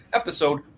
episode